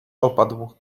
opadł